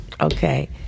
Okay